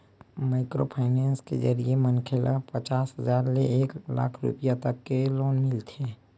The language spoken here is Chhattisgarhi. माइक्रो फाइनेंस के जरिए मनखे ल पचास हजार ले एक लाख रूपिया तक के लोन मिलथे